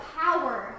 power